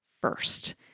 first